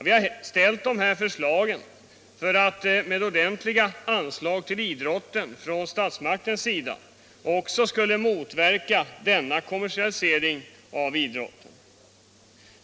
Vi har ställt dessa förslag föratt man med ordentliga anslag till idrotten från statsmaktens sida också skulle motverka denna kommersialisering av idrotten.